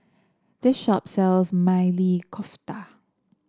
this shop sells Maili Kofta